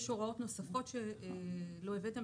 יש הוראות נוספות שלא הבאתם.